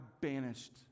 banished